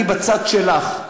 נורית, נורית, אני בצד שלך.